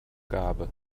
gabe